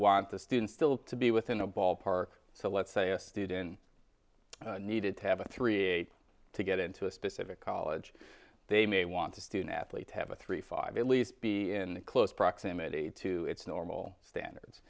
want the students still to be within a ballpark so let's say a student needed to have a three eight to get into a specific college they may want to student athletes have a three five at least be in close proximity to its normal